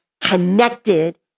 connected